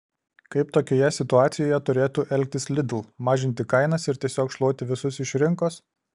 kaip tokioje situacijoje turėtų elgtis lidl mažinti kainas ir tiesiog šluoti visus iš rinkos